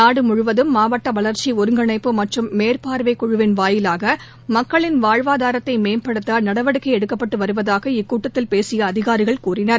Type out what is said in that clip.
நாடு முழுவதும் மாவட்ட வளர்ச்சி ஒருங்கிணைப்பு மற்றும் மேற்பா்வை குழுவின் வாயிலாக மக்களின் வாழ்வாதாரத்தை மேம்படுத்த நடவடிக்கை எடுக்கப்பட்டு வருவதாக இக்கூட்டத்தில் பேசிய அதிகாரிகள் கூறினர்